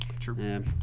true